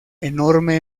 enorme